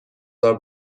خواهم